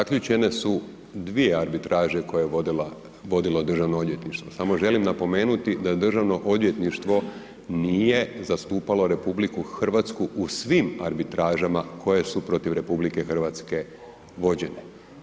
Zaključene su dvije arbitraže koje je vodila, vodilo državno odvjetništvo, samo želim napomenuti da državno odvjetništvo nije zastupalo RH u svim arbitražama koje su protiv RH vođene.